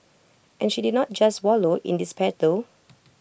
and she did not just wallow in despair though